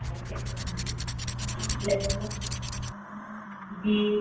तो और क्या क्या बोलोगी हलो जी